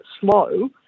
slow